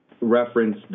reference